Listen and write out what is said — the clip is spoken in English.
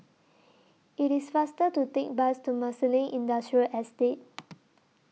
IT IS faster to Take Bus to Marsiling Industrial Estate